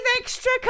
extra